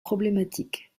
problématique